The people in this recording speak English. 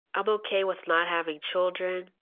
i'm ok with not having children.